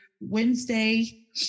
Wednesday